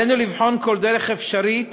עלינו לבחון כל דרך אפשרית